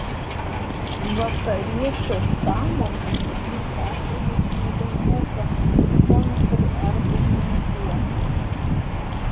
vakariečio sąmonė tokiais atvejais nebemoka kontrargumentuoti